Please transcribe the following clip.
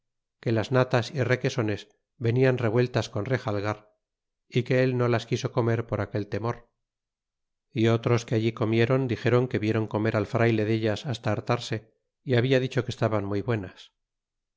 que las natas é requesones venian revueltas con rejalgar y que él no las quiso comer por aquel temor y otros que allí comieron dixeron que vieron comer al frayle dellas hasta hartarse y habla dicho que estaban muy buenas